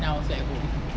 I was at home